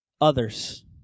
others